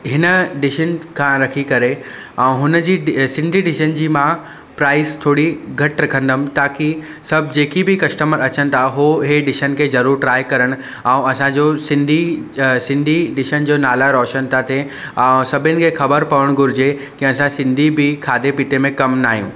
हिन डिशिंथ खां रखी करे ऐं हुनजी सिंधी डिशनि जी मां प्राइस थोरी घटि रखंदुमि ताकी सभु जेकी बि कस्टमर अचनि था उहो इहे डिशन खे ज़रूरु ट्राए करणु ऐं असांजो सिंधी सिंधी डिशनि जो नाला रोशन था थिए ऐं सभिनि खे ख़बरु पवणु घुरिजे असां सिंधी बि खाधे पीते में कम न आहियूं